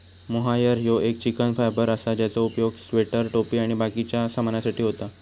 mohair ह्यो एक चिकट फायबर असा ज्याचो उपयोग स्वेटर, टोपी आणि बाकिच्या सामानासाठी होता